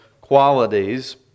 qualities